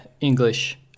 English